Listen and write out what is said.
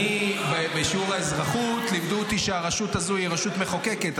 בשיעור אזרחות לימדו אותי שהרשות הזאת היא רשות מחוקקת,